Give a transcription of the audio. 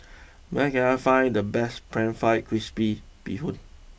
where can I find the best Pan Fried Crispy Bee Hoon